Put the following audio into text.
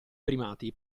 primati